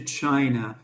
china